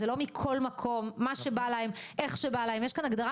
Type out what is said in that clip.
זה לא מכל מקום, מה שבא להם, איך שבא להם.